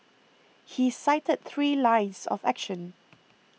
he cited three lines of action